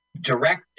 direct